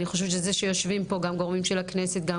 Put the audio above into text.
אני חושבת שיושבים פה גם גורמים של הכנסת גם